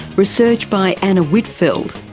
research by anna whitfeld,